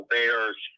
Bears